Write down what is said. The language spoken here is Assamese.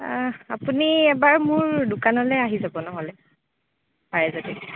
আহ আপুনি এবাৰ মোৰ দোকানলৈ আহি যাব নহ'লে পাৰে যদি